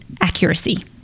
accuracy